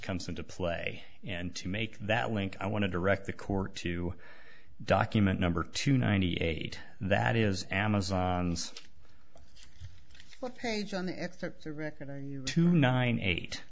comes into play and to make that link i want to direct the court to document number two ninety eight that is amazon's page on the excerpts of record are you two nine